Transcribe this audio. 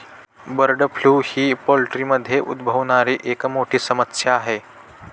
bird flu ही पोल्ट्रीमध्ये उद्भवणारी एक मोठी समस्या आहे